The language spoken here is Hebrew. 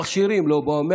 המכשירים לא באו,